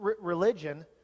religion